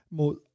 mod